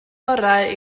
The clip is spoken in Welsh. orau